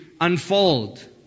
unfold